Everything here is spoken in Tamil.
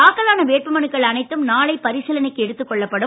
தாக்கலான வேட்புமனுக்கள் அனைத்தும் நாளை பரிசீலனைக்கு எடுத்துக் கொள்ளப்படும்